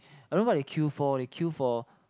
I don't know what they queue for they queue for